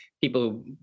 people